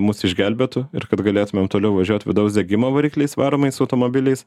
mus išgelbėtų ir kad galėtumėm toliau važiuot vidaus degimo varikliais varomais automobiliais